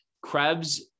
Krebs